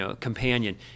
companion